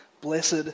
Blessed